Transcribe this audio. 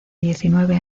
diecinueve